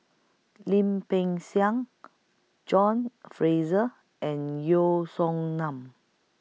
Lim Peng Siang John Fraser and Yeo Song Nian